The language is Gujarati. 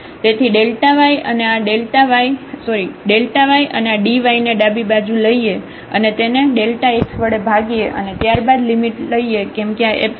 તેથી y અને આ dy ને ડાબી બાજુ લઈએ અને તેને x વડે ભાગીએ અને ત્યારબાદ લિમિટ લઈએ કેમ કે આ એપ્સિલોન x તરીકે 0 તરફ જાય છે